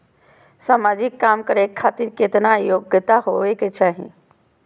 समाजिक काम करें खातिर केतना योग्यता होके चाही?